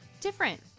different